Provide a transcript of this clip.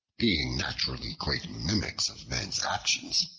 being naturally great mimics of men's actions,